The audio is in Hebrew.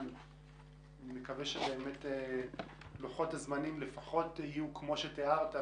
אני מקווה שלוחות הזמנים יהיו לפחות כפי שתיארת,